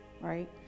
right